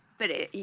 but ah you